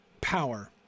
power